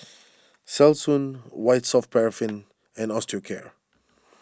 Selsun White Soft Paraffin and Osteocare